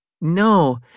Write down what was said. No